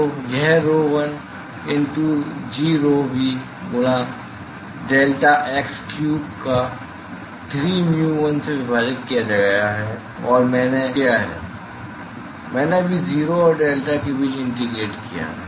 तो यह rho l g rho v गुणा डेल्टाक्स क्यूब को 3mu l से विभाजित किया गया है जो मैंने किया है मैंने अभी 0 और डेल्टा के बीच इंटीग्रेट किया है